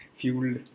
Fueled